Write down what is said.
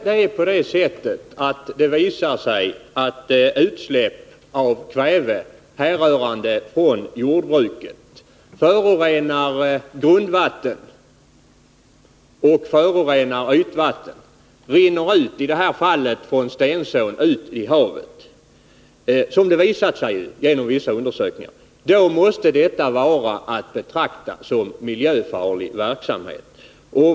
Herr talman! Undersökningar har visat att utsläpp av kväve härrörande från jordbruket rinner ut i havet bl.a. via Stensån och förorenar havsvattnet. Det måste vara att betrakta som miljöfarligt.